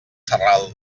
sarral